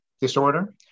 disorder